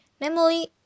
namely